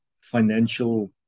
financial